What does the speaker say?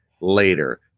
later